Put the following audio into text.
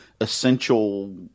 essential